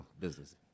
business